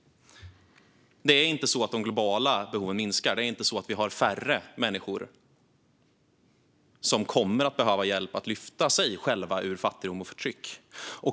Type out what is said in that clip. Det är inte så att de globala behoven minskar, och det är inte färre människor som kommer att behöva hjälp att lyfta sig själva ur fattigdom och förtryck.